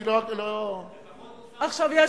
עכשיו,